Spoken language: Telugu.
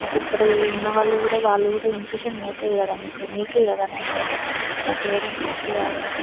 మాకు ఇక్కడ ఉన్న వాళ్ళు కూడా వాళ్ళు కూడా ఇంప్రెషన్ పోతుంది కదా మీకు మీకే కదా నష్టం అలా చేయడం కరెక్ట్ కాదు కదా